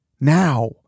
Now